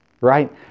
Right